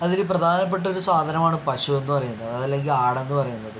അതിൽ പ്രധാനപ്പെട്ട ഒരു സാധനമാണ് പശു എന്ന് പറയുന്നത് അത് അല്ലെങ്കിൽ ആട് എന്ന് പറയുന്നത്